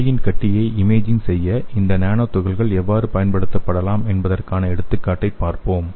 மூளையின் கட்டியை இமேஜிங் செய்ய இந்த நானோ துகள்கள் எவ்வாறு பயன்படுத்தப்படலாம் என்பதற்கான எடுத்துக்காட்டைப் பார்ப்போம்